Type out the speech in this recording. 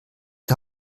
die